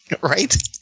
Right